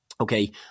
okay